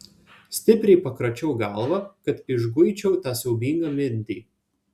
stipriai pakračiau galvą kad išguičiau tą siaubingą mintį